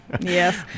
yes